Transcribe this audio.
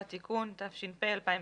בסדר.